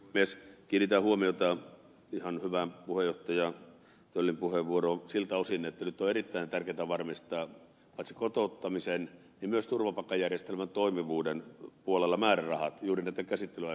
kiinnitän huomiota ihan hyvään puheenjohtaja töllin puheenvuoroon siltä osin että nyt on erittäin tärkeätä varmistaa paitsi kotouttamisen myös turvapaikkajärjestelmän toimivuuden puolella määrärahat juuri näitten käsittelyaikojen osalta